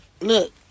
Look